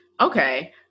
Okay